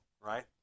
right